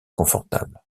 confortable